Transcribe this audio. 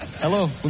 Hello